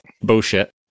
bullshit